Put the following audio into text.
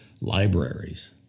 libraries